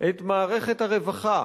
את מערכת הרווחה,